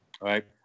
right